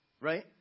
right